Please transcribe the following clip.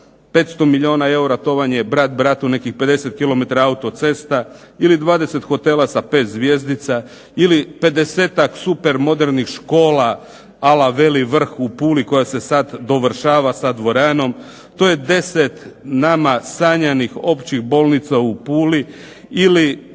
500 milijuna eura to vam je brat bratu nekih 50 km autocesta ili 20 hotela sa 5 zvjezdica ili pedesetak super modernih škola, ala Veli Vrh u Puli koja se sad dovršava sa dvoranom. To je 10 nama sanjanih općih bolnica u Puli ili